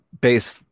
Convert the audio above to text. base